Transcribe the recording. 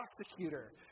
prosecutor